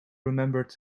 remembered